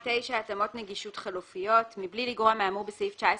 התאמות נגישות חלופיות מבלי לגרוע מהאמור בסעיף 19כ(ב)